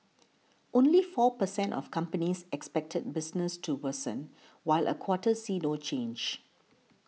only four per cent of companies expected business to worsen while a quarter see no change